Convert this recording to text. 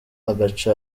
agace